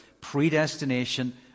predestination